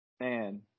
man